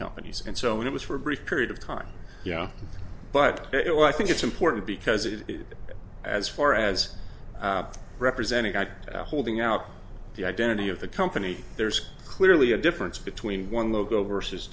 companies and so it was for a brief period of time yeah but it will i think it's important because it as far as representing i holding out the identity of the company there's clearly a difference between one logo versus